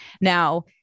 Now